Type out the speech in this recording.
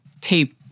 tape